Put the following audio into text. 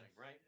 right